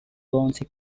bouncy